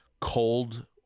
cold